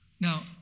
Now